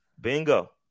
Bingo